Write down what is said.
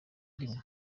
rimwe